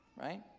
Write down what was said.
Right